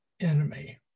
enemy